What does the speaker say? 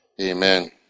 Amen